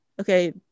Okay